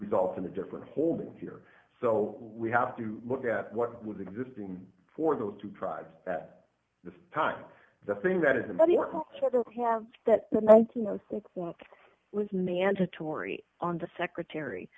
result in the different holdings here so we have to look at what was existing for those two tribes at the time the thing that is the money that was mandatory on the secretary